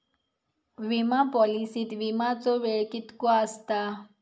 विमा पॉलिसीत विमाचो वेळ कीतको आसता?